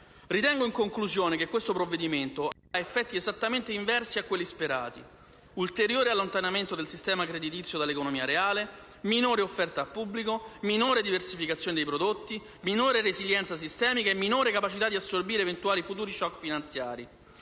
sede. In conclusione, ritengo che questo provvedimento avrà effetti esattamente inversi a quelli sperati: ulteriore allontanamento del sistema creditizio dall'economia reale, minore offerta al pubblico, minore diversificazione dei prodotti, minore resilienza sistemica e minore capacità di assorbire eventuali futuri *shock* finanziari.